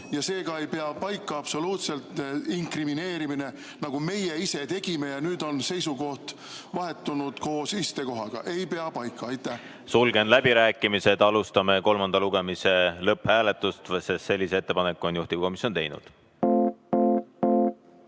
Seega ei pea absoluutselt paika inkrimineerimine, et meie ise tegime ja nüüd on seisukoht vahetunud koos istekohaga. Ei pea paika! Sulgen läbirääkimised. Alustame kolmanda lugemise lõpphääletust, sest sellise ettepaneku on juhtivkomisjon teinud.